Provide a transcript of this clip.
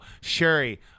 Sherry